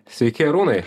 sveiki arūnai